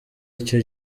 icyo